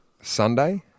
Sunday